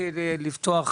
כפי שביקשתי,